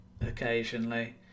occasionally